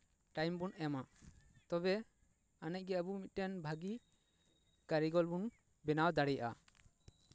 time ᱵᱚᱱ ᱮᱢᱟ ᱛᱚᱵᱮ ᱟᱹᱱᱤᱡ ᱜᱮ ᱟᱵᱚ ᱢᱤᱫᱴᱮᱱ ᱵᱷᱟᱹᱜᱤ ᱠᱟᱹᱨᱤᱜᱚᱞ ᱵᱚᱱ ᱵᱮᱱᱟᱣ ᱫᱟᱲᱮᱭᱟᱜᱼᱟ